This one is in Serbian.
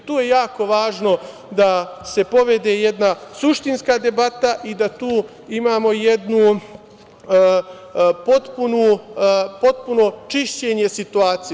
Tu je jako važno da se povede jedna suštinska debata i da tu imamo jedno potpuno čišćenje situacije.